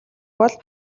бол